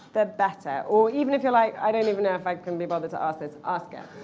the better. or even, if you're like, i don't even know if i can be bothered to ask this, ask it.